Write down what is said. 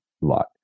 lot